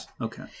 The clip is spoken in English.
okay